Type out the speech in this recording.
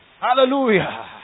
Hallelujah